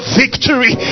victory